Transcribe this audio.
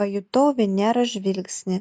pajutau veneros žvilgsnį